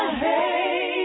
hey